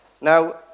Now